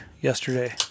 yesterday